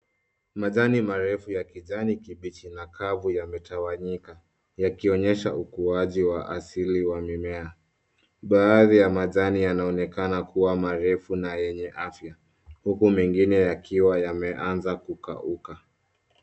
Majani marefu ya kijani kibichi na kavu wamegawanyika yakionyesha ukuaji asili wa mimea. Baadhi ya majani yanaonekana kuwa marefu na yenye afya huku mengine yakianza kukauka.